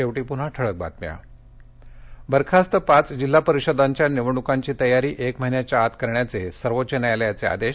शेवटी पुन्हा ठळक बातम्या बरखास्त पाच जिल्हा परिषदांच्या निवडणुकांची तयारी एक महिन्याच्या आत करण्याचे सर्वोच्च न्यायालयाचे आदेश